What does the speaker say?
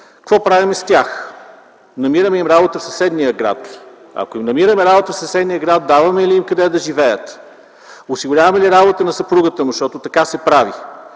какво правим с тях? Намираме им работа в съседния град? Ако им намираме работа в съседния град, даваме ли им жилище къде да живеят? Осигуряваме ли работа на съпругата му? Защото така се прави.